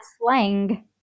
slang